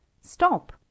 stop